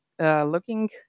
looking